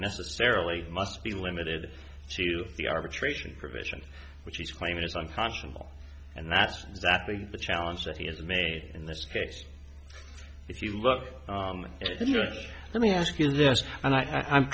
necessarily must be limited to the arbitration provisions which he's claiming is unconscionable and that's exactly the challenge that he has made in this case if you look at us let me ask you this and i